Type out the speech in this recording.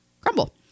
crumble